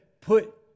put